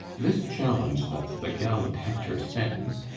this challenge that the gallant hector sends,